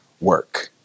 work